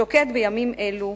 שוקד בימים אלו,